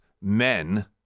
men